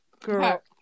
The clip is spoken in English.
Girl